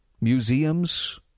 museums